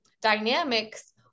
dynamics